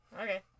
Okay